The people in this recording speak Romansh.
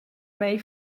mei